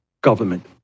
government